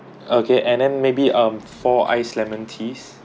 okay and then maybe um four ice lemon tea